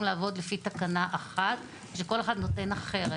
לעבוד לפי תקנה אחת כשכל אחד נותן אחרת.